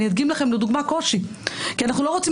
אני אדגים לכם לדוגמה קושי: אנחנו לא רוצים